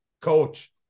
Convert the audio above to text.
coach